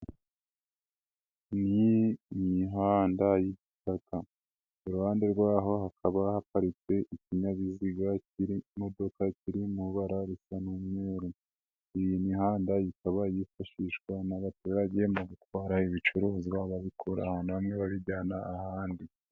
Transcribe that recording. Iyi ni imihanda y'igitaka, ku ruhande rwaho hakaba haparitse ikinyabiziga cy'imodoka kiri mu ibara risa n'umweru. Iyi mihanda ikaba yifashishwa n'abaturage mu gutwara ibicuruzwa babikura hamwe babijyana ahandi.